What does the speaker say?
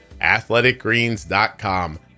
AthleticGreens.com